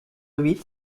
huit